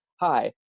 hi